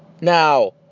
Now